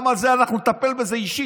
וגם נטפל בזה אישית,